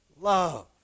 love